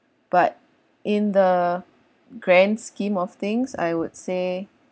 but in the grand scheme of things I would say